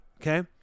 okay